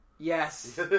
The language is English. Yes